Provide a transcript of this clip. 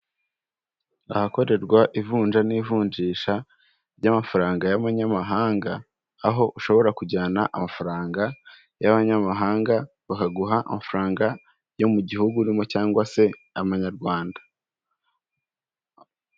Ahakorerwa ivunja n'ivunjisha ry'amafaranga y'amanyamahanga aho ushobora kujyana amafaranga y'abanyamahanga bakaguha amafaranga yo mu gihugu urimo cyangwa se amanyarwanda.